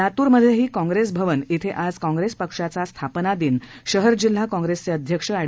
लात्रमधेही कॉंग्रेस भवन िक्षे आज कॉंग्रेस पक्षाचा स्थापना दिन शहर जिल्हा कॉंग्रेसचे अध्यक्ष अँड